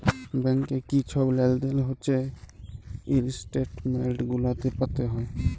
ব্যাংকে কি ছব লেলদেল হছে ইস্ট্যাটমেল্ট গুলাতে পাতে হ্যয়